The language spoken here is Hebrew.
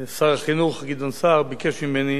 שר החינוך גדעון סער ביקש ממני